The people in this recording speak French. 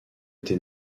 été